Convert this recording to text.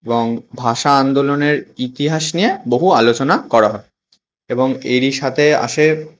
এবং ভাষা আন্দোলনের ইতিহাস নিয়ে বহু আলোচনা করা হয় এবং এরই সাথে আসে